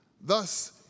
thus